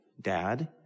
dad